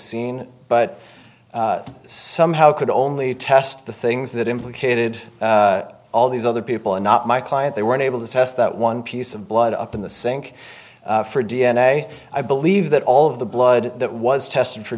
scene but somehow could only test the things that implicated all these other people and not my client they were able to test that one piece of blood up in the sink for d n a i believe that all of the blood that was tested for